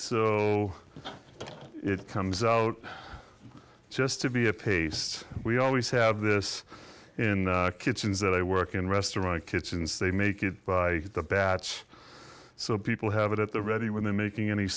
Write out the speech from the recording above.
it it comes out just to be a paste we always have this in kitchens that i work in a restaurant kitchens they make it by the batch so people have it at the ready when they're making any